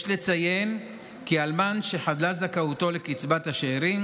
יש לציין כי אלמן שחדלה זכאותו לקצבת השאירים